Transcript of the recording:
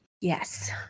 yes